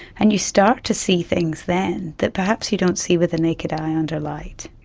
and you start to see things then that perhaps you don't see with the naked eye under light.